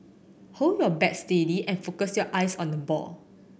hold your bat steady and focus your eyes on the ball